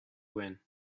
win